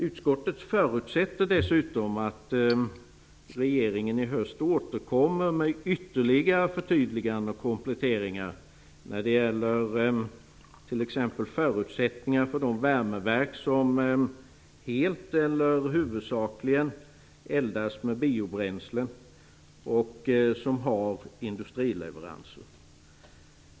Utskottet förutsätter dessutom att regeringen i höst återkommer med ytterligare förtydliganden och kompletteringar. Det gäller t.ex. förutsättningar för de värmeverk som helt eller huvudsakligen eldas med biobränsle och som har industrileveranser.